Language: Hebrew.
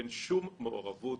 אין שום מעורבות